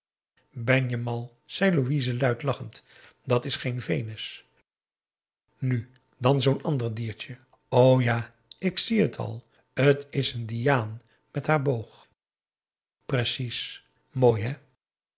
ben je mal zei louise luid lachend dat is geen venus nu dan zoo'n ander diertje o ja ik zie het al t is diaan met haar boog precies mooi hè